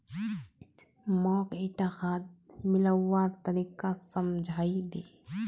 मौक ईटा खाद मिलव्वार तरीका समझाइ दे